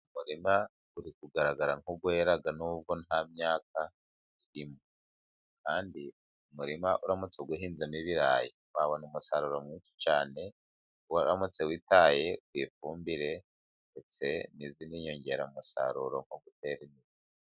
Umurima uri kugaragara nk'uwera n'ubwo nta myaka irimo. Kandi uyu murima uramutse uhinzemo ibirayi, wabona umusaruro mwinshi cyane, uramutse witaye ku ifumbire ndetse n'izindi nyongeramusaruro, nko gutera mbere.